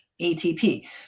ATP